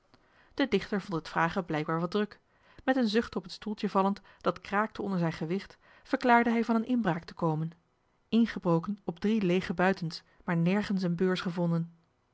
de dichter vond het vragen blijkbaar wat druk met een zucht op het stoeltje vallend dat kraakte onder zijn gewicht verklaarde hij van een inbraak te komen ingebroken op drie leege buitens maar nergens een beurs gevonden